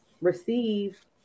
receive